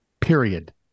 period